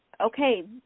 okay